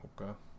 okay